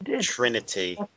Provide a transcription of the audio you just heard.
Trinity